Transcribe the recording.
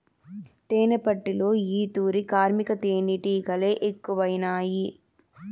తేనెపట్టులో ఈ తూరి కార్మిక తేనీటిగలె ఎక్కువైనాయి